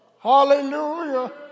hallelujah